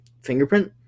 fingerprint